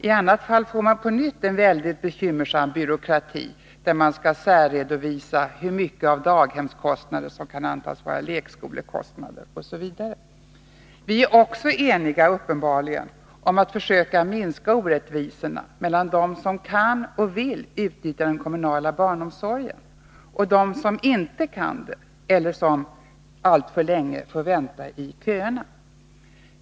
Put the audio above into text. I annat fall får vi på nytt en mycket bekymmersam byråkrati, där man skall särredovisa hur mycket av daghemskostnaderna som kan antas vara lekskolekostnader osv. Vi är uppenbarligen också eniga om att försöka minska orättvisorna mellan dem som kan och vill utnyttja den kommunala barnomsorgen och dem som inte kan det eller som alltför länge får vänta i köerna.